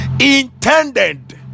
intended